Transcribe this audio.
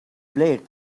blade